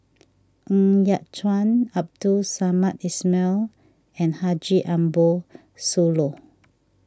Ng Yat Chuan Abdul Samad Ismail and Haji Ambo Sooloh